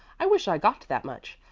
i wish i got that much.